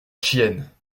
chiennes